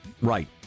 Right